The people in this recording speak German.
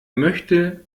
möchte